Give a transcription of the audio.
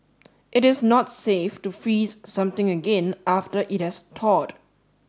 it is not safe to freeze something again after it has thawed